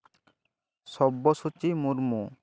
ᱥᱚᱵᱽᱵᱚᱥᱟᱪᱤ Murmu